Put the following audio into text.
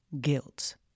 Guilt